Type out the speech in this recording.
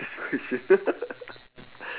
this question